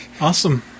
Awesome